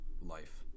life